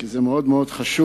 כי זה מאוד מאוד חשוב.